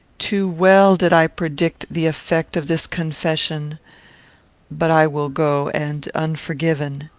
too well did i predict the effect of this confession but i will go and unforgiven.